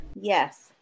Yes